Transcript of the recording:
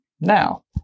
Now